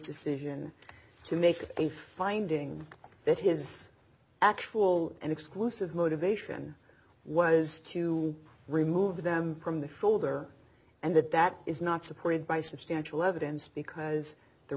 decision to make a finding that his actual and exclusive motivation was to remove them from the folder and that that is not supported by substantial evidence because the